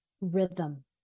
rhythm